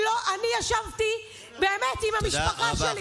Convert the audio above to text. אני ישבתי באמת עם המשפחה שלי,